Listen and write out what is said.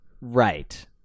Right